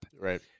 Right